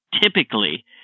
typically